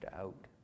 out